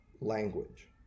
language